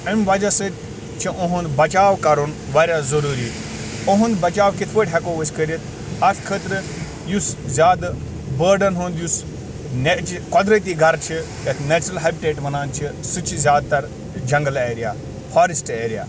اَمہِ وجہ سۭتۍ چھ اُہُنٛد بچاو کَرُن واریاہ ضروٗری اُہُنٛد بچاو کتھ پٲٹھۍ ہیٚکو أسۍ کٔرِتھ اتھ خٲطرٕ یُس زیادٕ بٲرڑَن ہُنٛد یُس نیچہٕ قۄدرتی گھرٕ چھِ یتھ نیچرَل ہیبِٹیٹ ونان چھِ سُہ چھِ زیاد تر جنٛگل ایریا فاریٚسٹہٕ ایریا